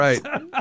right